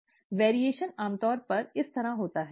भिन्नता आमतौर पर इस तरह होती है